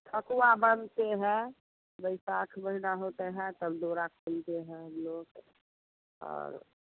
ठकुआ बनती है वैशाख महीना होता है तब डोरा खोलते हैं हम लोग और